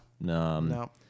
No